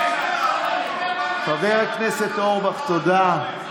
חבר הכנסת אורבך, תודה.